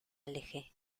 alejé